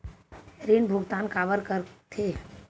ऋण भुक्तान काबर कर थे?